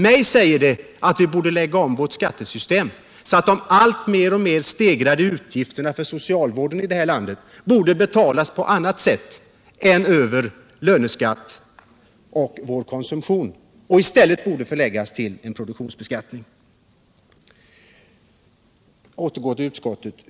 Mig säger det att vi borde lägga om vårt skattesystem så att de alltmer stegrade utgifterna för socialvården i detta land kunde betalas på annat sätt än över löneskatt och konsumtion. I stället borde de betalas genom en produktionsbeskattning. Jag återgår så till utskottet.